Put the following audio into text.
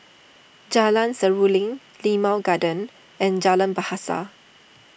Jalan Seruling Limau Garden and Jalan Bahasa